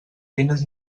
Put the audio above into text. eines